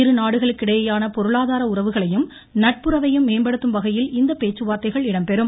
இருநாடுகளுக்கிடையேயான பொருளாதார உறவுகளையும் நட்புறவையும் மேம்படுத்தும்வகையில் இந்த பேச்சுவார்த்தைகள் இடம்பெறும்